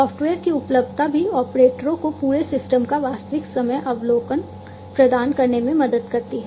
software की उपलब्धता भी ऑपरेटरों को पूरे सिस्टम का वास्तविक समय अवलोकन प्रदान करने में मदद करती है